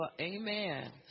amen